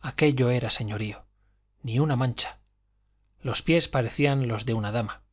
aquello era señorío ni una mancha los pies parecían los de una dama